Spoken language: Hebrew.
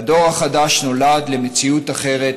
והדור חדש נולד למציאות אחרת,